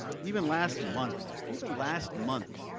even last month, even last month,